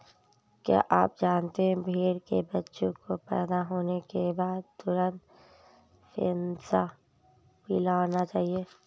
क्या आप जानते है भेड़ के बच्चे को पैदा होने के बाद तुरंत फेनसा पिलाना चाहिए?